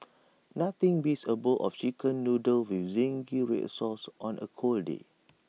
nothing beats A bowl of Chicken Noodles with Zingy Red Sauce on A cold day